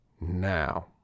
Now